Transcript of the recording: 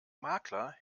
makler